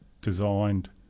designed